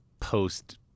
post